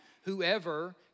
Whoever